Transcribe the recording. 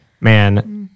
Man